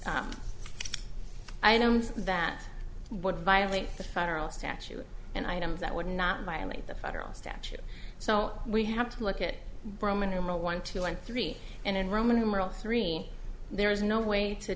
know that would violate the federal statute and items that would not violate the federal statute so we have to look at roman numeral one two and three and in roman numeral three there is no way to